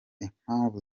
impamvu